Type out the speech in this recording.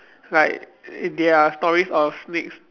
like there are stories of snakes